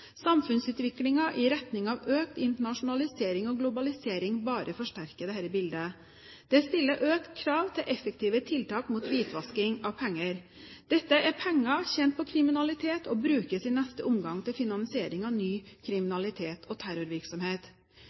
i retning av økt internasjonalisering og globalisering bare forsterker dette bildet. Det stiller økt krav til effektive tiltak mot hvitvasking av penger. Dette er penger tjent på kriminalitet, som i neste omgang brukes til finansiering av ny kriminalitet og terrorvirksomhet.